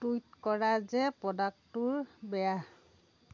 tweet কৰা যে প্ৰ'ডাক্টটো বেয়া